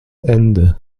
ende